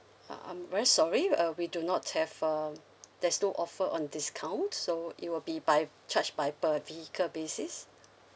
uh um very sorry uh we do not have um there's no offer on discount so it will be by charged by per vehicle basis